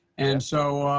and, so,